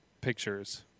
pictures